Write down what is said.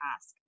ask